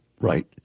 right